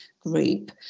group